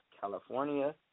California